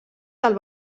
del